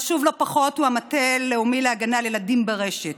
חשוב לא פחות הוא המטה הלאומי להגנה על ילדים ברשת.